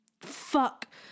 Fuck